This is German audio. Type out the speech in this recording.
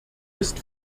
ist